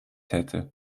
hätte